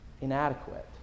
inadequate